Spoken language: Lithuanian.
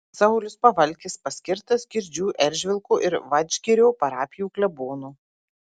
saulius pavalkis paskirtas girdžių eržvilko ir vadžgirio parapijų klebonu